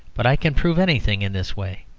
but i can prove anything in this way.